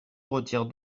retire